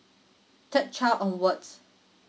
third child onwards